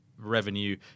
revenue